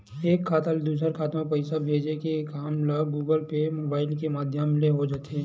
एक खाता ले दूसर खाता म पइसा के भेजई के काम ह गुगल पे म मुबाइल के माधियम ले हो जाथे